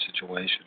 situation